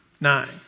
Nine